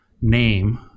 name